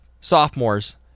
sophomores